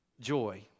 joy